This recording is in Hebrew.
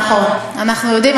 נכון, אנחנו יודעים.